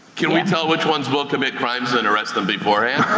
can we tell which ones will commit crimes and arrest them beforehand?